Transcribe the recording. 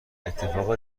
اتفاق